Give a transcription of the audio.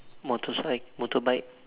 motorcycle motorbike